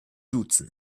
duzen